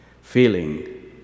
feeling